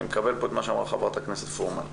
אני מקבל פה את מה שאמרה חברת הכנסת פורמן.